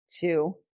two